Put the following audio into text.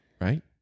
Right